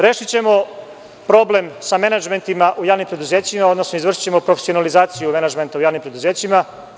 Rešićemo problem sa menadžmentima u javnim preduzećima, odnosno izvršićemo profesionalizaciju menadžmenta u javnim preduzećima.